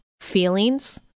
feelings